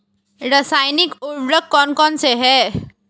रासायनिक उर्वरक कौन कौनसे हैं?